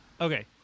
Okay